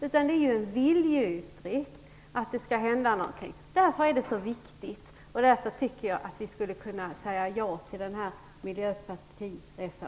Det är en fråga om en viljeyttring - vi vill att det skall hända någonting. Därför är det så viktigt, och därför tycker jag att kammaren skulle kunna bifalla den här reservationen från Miljöpartiet.